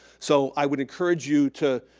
so i would encourage you to,